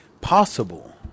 possible